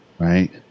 Right